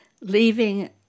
leaving